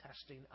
testing